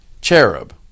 cherub